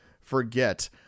forget